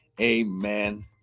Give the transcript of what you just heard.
amen